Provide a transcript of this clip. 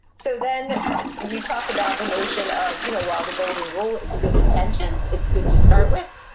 so then we talk about the notion of, you know, while the golden rule, it's good intentions, it's good to start with,